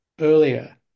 earlier